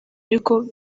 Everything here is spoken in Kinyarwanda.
ariko